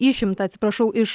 išimta atsiprašau iš